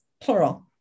plural